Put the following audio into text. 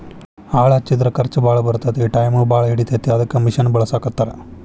ಆಳ ಹಚ್ಚಿದರ ಖರ್ಚ ಬಾಳ ಬರತತಿ ಟಾಯಮು ಬಾಳ ಹಿಡಿತತಿ ಅದಕ್ಕ ಮಿಷನ್ ಬಳಸಾಕತ್ತಾರ